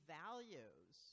values